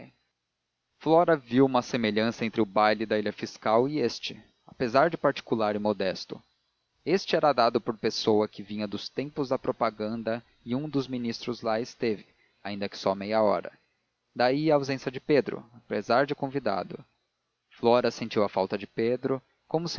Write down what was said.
flora viu uma semelhança entre o baile da ilha fiscal e este apesar de particular e modesto este era dado por pessoa que vinha dos tempos da propaganda e um dos ministros lá esteve ainda que só meia hora daí a ausência de pedro apesar de convidado flora sentiu a falta de pedro como